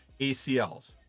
ACLs